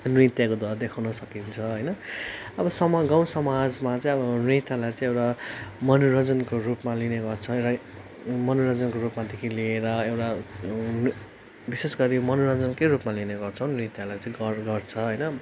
नृत्यकोद्वारा देखाउन सकिन्छ होइन अब सम अब गाउँ समाजमा चाहिँ अब नृत्यलाई एउटा मनोरञ्जनको रूपमा लिनेगर्छ एउटा मनोरञ्जनको देखि लिएर एउटा नृ विशेष गरी मनोरञ्जनकै रुपमा लिने गर्छौँ नृत्यलाई चाहिँ गर गर्छ होइन